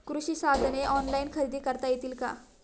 कृषी साधने ऑनलाइन खरेदी करता येतील का?